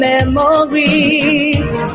Memories